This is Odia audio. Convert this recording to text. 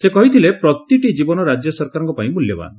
ସେ କହିଥିଲେ ପ୍ରତିଟି ଜୀବନ ରାଜ୍ୟ ସରକାରଙ୍ପାଇଁ ମୂଲ୍ୟବାନ୍